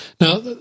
Now